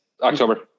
October